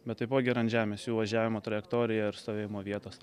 bet taipogi ir ant žemės jų važiavimo trajektorija ir stovėjimo vietos